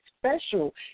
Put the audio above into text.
special